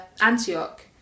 Antioch